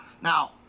now